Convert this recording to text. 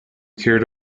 cured